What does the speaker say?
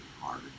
hard